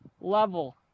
level